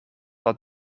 dat